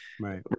right